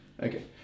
Okay